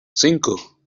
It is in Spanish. cinco